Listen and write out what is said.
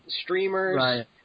streamers